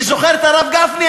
אני זוכר את הרב גפני,